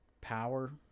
power